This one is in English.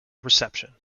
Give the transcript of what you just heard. reception